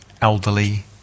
elderly